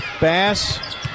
Bass